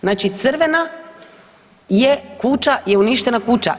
Znači crvena je kuća, je uništena kuća.